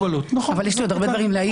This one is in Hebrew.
יש לי הרבה דברים להעיר.